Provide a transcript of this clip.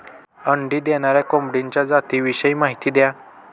अंडी देणाऱ्या कोंबडीच्या जातिविषयी माहिती द्या